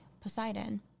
Poseidon